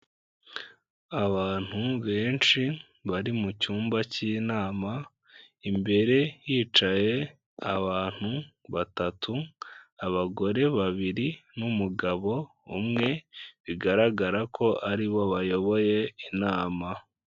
Abantu benshi bari mu cyumba cy'inama, imbere hicaye abantu batatu abagore babiri n'umugabo umwe bigaragara ko aribo bayoboye inama.